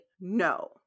No